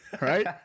right